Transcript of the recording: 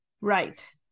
Right